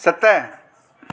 सत